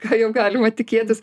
ką jau galima tikėtis